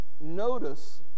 notice